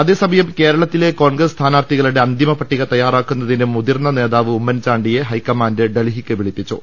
അതേസമയം കേരളത്തിലെ കോൺഗ്രസ് സ്ഥാനാർത്ഥികളുടെ അന്തിമ പട്ടിക തയ്യാറാക്കുന്നതിന് മുതിർന്ന നേതാവ് ഉമ്മൻചാണ്ടിയെ ഹൈക്കമാന്റ് ഡൽഹിക്കു വിളിപ്പിച്ചു